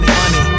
Money